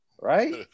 right